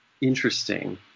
interesting